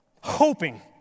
hoping